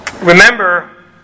Remember